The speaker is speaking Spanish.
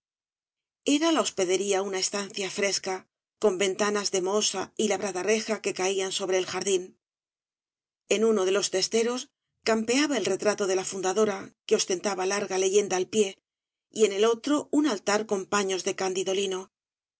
era la hospedería una estancia fresca con ventanas de mohosa y labrada reja que caían sobre el jardín en uno de los testeros campeaba el retrato de la fundadora que ostentaba larga leyenda al pie y en el otro un altar con paños de candido lino